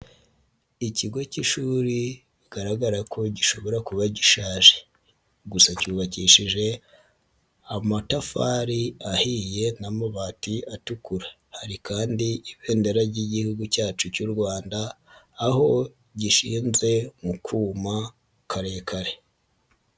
Ikigo k'ishuri kigaragara ko gishobora kuba gishaje gusa cyubakishije amatafari ahiye n'amabati atukura, hari kandi ibendera ry'Igihugu cyacu cy'u Rwanda aho gishinze mu kuma karekare.